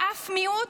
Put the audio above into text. לאף מיעוט,